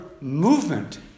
movement